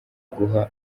guha